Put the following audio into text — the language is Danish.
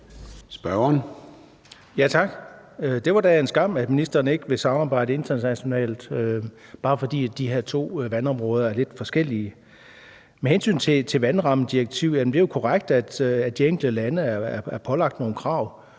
Det var da en skam, at ministeren ikke vil samarbejde internationalt, bare fordi de her to vandområder er lidt forskellige. Med hensyn til vandrammedirektivet vil jeg sige, at det jo er korrekt, at de enkelte lande er pålagt nogle krav,